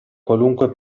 qualunque